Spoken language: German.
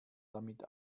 damit